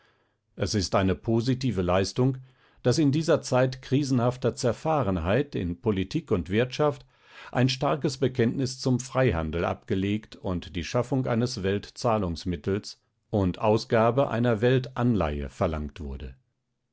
es ist eine positive leistung daß in dieser zeit krisenhafter zerfahrenheit in politik und wirtschaft ein starkes bekenntnis zum freihandel abgelegt und die schaffung eines welt-zahlungsmittels und ausgabe einer welt-anleihe verlangt wurde